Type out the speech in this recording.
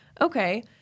okay